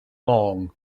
long